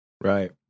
Right